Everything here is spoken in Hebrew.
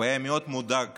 והיה מאוד מודאג